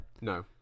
No